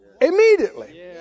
Immediately